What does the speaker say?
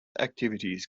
activities